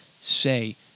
say